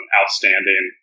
outstanding